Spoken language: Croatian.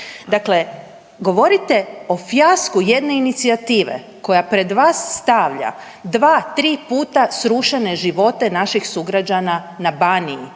Dakle, govorite o fijasku inicijative koja pred vas stavlja 2, 3 puta srušene živote naših sugrađana na Baniji